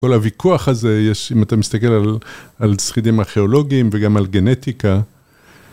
כל הוויכוח הזה יש, אם אתה מסתכל על שרידים ארכיאולוגיים וגם על גנטיקה.